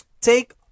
take